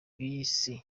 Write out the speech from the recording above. bisi